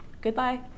goodbye